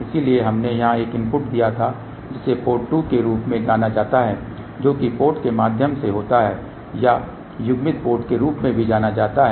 इसलिए हमने यहां एक इनपुट दिया था जिसे पोर्ट 2 के रूप में जाना जाता है जो कि पोर्ट के माध्यम से होता है या युग्मित पोर्ट के रूप में भी जाना जाता है